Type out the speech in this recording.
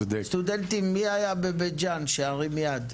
סטודנטים מי היה בבית ג'ן שירים יד?